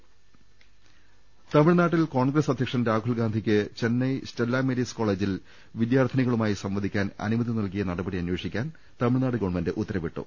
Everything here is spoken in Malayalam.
രുട്ടിട്ട്ട്ട്ട്ട്ട്ട തമിഴ്നാട്ടിൽ കോൺഗ്രസ് അധ്യക്ഷൻ രാഹുൽഗാന്ധിക്ക് ചെന്നൈ സ്റ്റെല്ലമേരീസ് കോളജിൽ വിദ്യാർത്ഥികളുമായി സംവദിക്കാൻ അനുമതി നൽകിയ നടപടി അന്വേഷിക്കാൻ തമിഴ്നാട് ഗവൺമെന്റ് ഉത്തരവിട്ടു